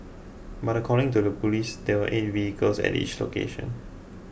but according to the police there were eight vehicles at each location